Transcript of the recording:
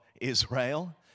Israel